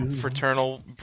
fraternal